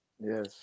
Yes